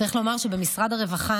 צריך לומר שבמשרד הרווחה,